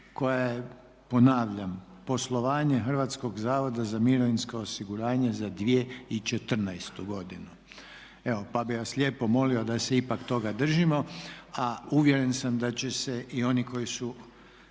koja je ponavljam poslovanje Hrvatskog zavoda za mirovinsko osiguranje za 2014. godinu. Pa bi vas lijepo molio da se ipak toga držimo, a uvjeren sam da će se i oni koji su